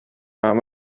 arm